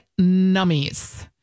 Nummies